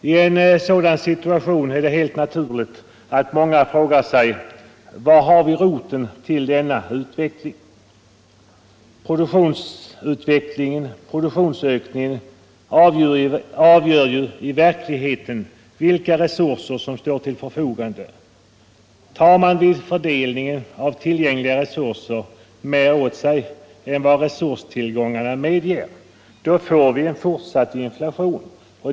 I en sådan situation är det helt naturligt att många frågar sig: Var har vi roten till denna utveckling? Produktionsutvecklingen, produktionsökningen avgör ju i verkligheten vilka resurser som står till förfogande. Tar vi vid fördelningen av tillgängliga resurser åt oss mer än resurstillgången medger får vi en fortsatt inflation.